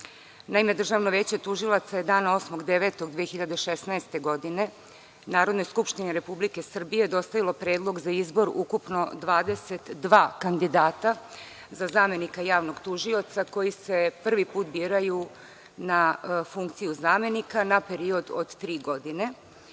Državno veće tužilaca je dana 8.09. 2016. godine Narodnoj skupštini Republike Srbije dostavilo predlog za izbor ukupno 22 kandidata za zamenika javnog tužioca koji se prvi put biraju na funkciju zamenika, na period od tri godine